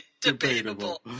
debatable